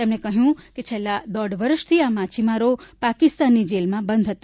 તેમણે કહ્યું કે છેલ્લા દોઢ વર્ષથી આ માછીમારો પાકિસ્તાનની જેલમાં બંધ હતા